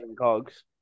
Cogs